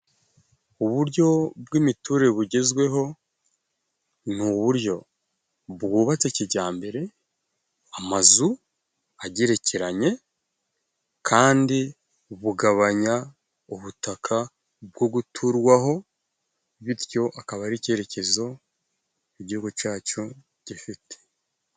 Uburyo bw'imiturire bugezweho ni uburyo bwubatse kijyambere amazu agerekeranye kandi bugabanya ubutaka bwo guturwaho bityo akaba ari icyerekezo igihugu cacu gifite.